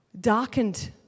darkened